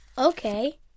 Okay